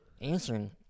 answering